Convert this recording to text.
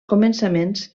començaments